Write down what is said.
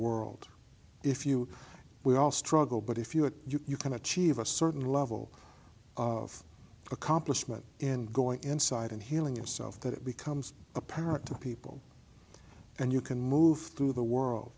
world if you we all struggle but if you if you can achieve a certain level of accomplishment in going inside and healing yourself that it becomes apparent to people and you can move through the world